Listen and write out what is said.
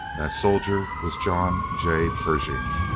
that soldier was john j. pershing.